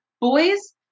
Boys